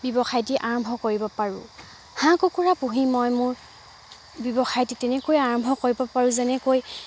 ব্যৱসায় টি আৰম্ভ কৰিব পাৰোঁ হাঁহ কুকুৰা পুহি মই মোৰ ব্যৱসায় টি তেনেকৈ আৰম্ভ কৰিব পাৰোঁ যেনেকৈ